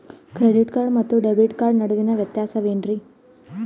Credit card ಮತ್ತು debit card ನಡುವಿನ ವ್ಯತ್ಯಾಸ ವೇನ್ರೀ?